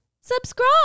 subscribe